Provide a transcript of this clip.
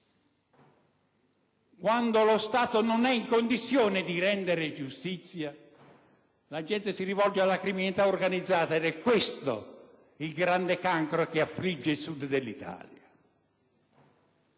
Quando lo Stato non è in condizione di rendere giustizia, la gente si rivolge alla criminalità organizzata: è questo il grande cancro che affligge il Sud dell'Italia.